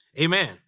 Amen